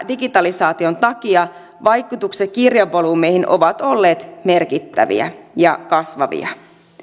digitalisaation takia vaikutukset kirjevolyymeihin ovat olleet merkittäviä ja kasvavia